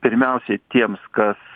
pirmiausiai tiems kas